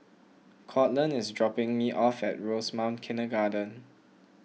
Courtland is dropping me off at Rosemount Kindergarten